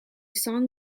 song